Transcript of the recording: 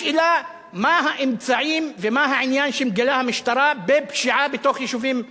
השאלה מה האמצעים ומה העניין שהמשטרה מגלה בפשיעה בתוך יישובים ערביים.